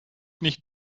nicht